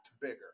bigger